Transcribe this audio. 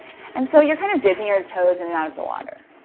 and so you're kind of dipping your and toes in an out of the water.